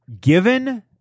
Given